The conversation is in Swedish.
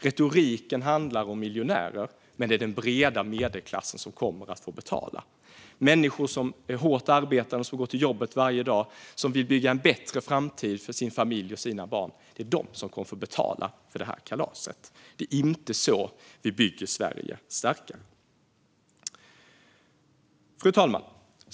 Retoriken handlar om miljonärer, men det är den breda medelklassen som kommer att få betala. Det är människor som är hårt arbetande, som går till jobbet varje dag och som vill bygga en bättre framtid för sin familj och sina barn som kommer att få betala för det här kalaset. Det är inte så vi bygger Sverige starkare. Fru talman!